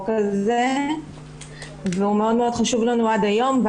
הזה שהוא מאוד מאוד חשוב לנו עד היום.